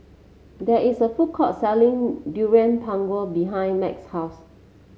there is a food court selling Durian Pengat behind Max's house